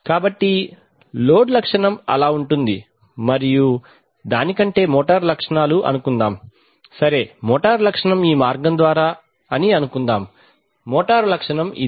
కాబట్టి లోడ్ లక్షణం ఇలా ఉంటుంది మరియు దాని కంటే మోటారు లక్షణాలు అనుకుందాం సరే మోటారు లక్షణం ఈ మార్గం ద్వారా అని అనుకుందాం మోటారు లక్షణం ఇది